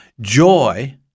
joy